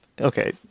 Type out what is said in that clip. okay